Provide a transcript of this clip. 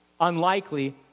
Unlikely